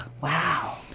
Wow